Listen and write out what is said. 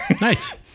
nice